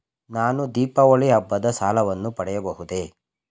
ನಾನು ದೀಪಾವಳಿ ಹಬ್ಬದ ಸಾಲವನ್ನು ಪಡೆಯಬಹುದೇ?